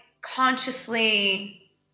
consciously